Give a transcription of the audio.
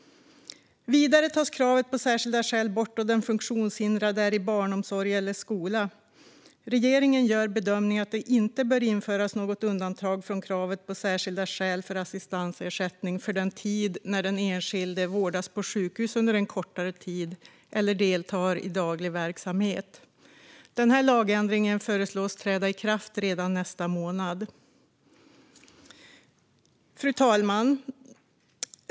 Vidare tas kravet på särskilda skäl bort då den funktionshindrade är i barnomsorg eller skola. Regeringen gör bedömningen att det inte bör införas något undantag från kravet på särskilda skäl för assistansersättning för tid när den enskilde vårdas på sjukhus under en kortare tid eller deltar i daglig verksamhet. Lagändringen föreslås träda i kraft redan nästa månad. Fru talman!